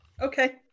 Okay